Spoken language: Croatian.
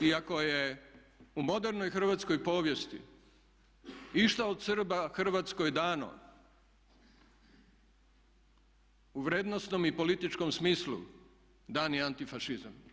I ako je u modernoj hrvatskoj povijesti išta od Srba Hrvatskoj dano u vrijednosnom i političkom smislu dan je antifašizam.